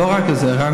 לא רק לזה,